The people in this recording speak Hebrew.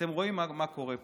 אתם רואים מה קורה פה.